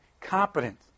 competence